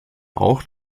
auch